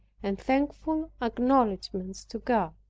and thankful acknowledgments to god.